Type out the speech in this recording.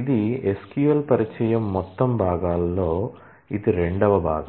ఇది SQL పరిచయం మొత్తం 3 భాగాల్లో ఇది రెండవ భాగం